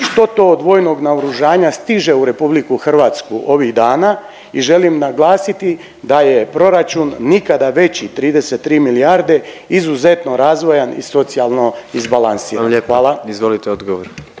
što to od vojnog naoružanja stiže u Republiku Hrvatsku ovih dana i želim naglasiti da je proračun nikada veći 33 milijarde izuzetno razvojan i socijalno izbalansiran. Hvala.